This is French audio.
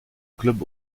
club